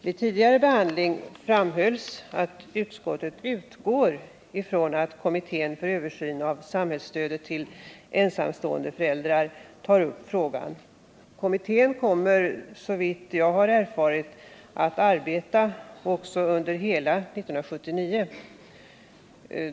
Vid tidigare behandling framhölls att utskottet utgår ifrån att kommittén för översyn av samhällsstödet till ensamstående föräldrar tar upp frågan. Kommittén kommer såvitt jag har erfarit att erbeta också under hela 1979.